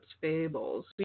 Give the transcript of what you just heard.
Fables